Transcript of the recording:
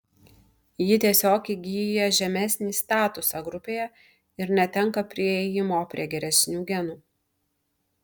ji tiesiog įgyja žemesnį statusą grupėje ir netenka priėjimo prie geresnių genų